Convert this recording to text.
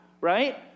Right